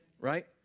right